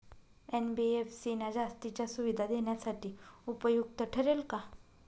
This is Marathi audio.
एन.बी.एफ.सी ना जास्तीच्या सुविधा देण्यासाठी उपयुक्त ठरेल का?